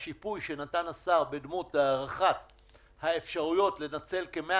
השיפוי שנתן השר בדמות הארכת האפשרויות לנצל כ-100